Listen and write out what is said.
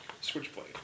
Switchblade